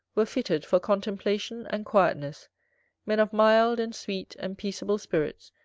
were fitted for contemplation and quietness men of mild, and sweet, and peaceable spirits,